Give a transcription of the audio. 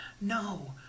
No